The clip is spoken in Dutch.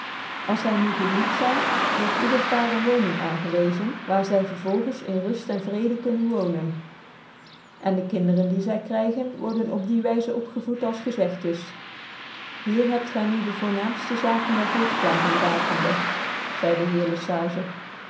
als zy nu gchuuwd zyn word ieder paar een woning aangewezen waar zy vervolgens in ruft en vrcede kunnen wonen en dc kinderen die zy krygea worden op die wyzc opgevoed als gezegt is hier hebt gy nu dc voornaamftc ziken der volkplanting rakende zcidc dc heer lc sage